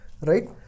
Right